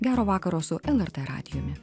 gero vakaro su lrt radijumi